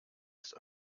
ist